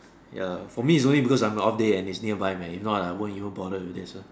ya for me is only because I'm on off day and it's nearby man if not I won't even bother do this ah